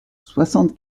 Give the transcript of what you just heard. soixante